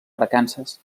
arkansas